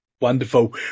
Wonderful